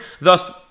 thus